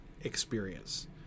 experience